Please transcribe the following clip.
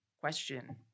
question